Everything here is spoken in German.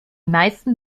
meisten